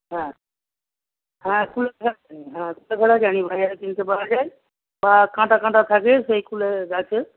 হ্যাঁ হ্যাঁ কুলেখাড়া হ্যাঁ কুলেখাড়া জানি বাজারে কিনতে পাওয়া যায় কাঁটা কাঁটা থাকে সেই কুলে গাছের